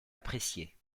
apprécié